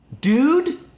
Dude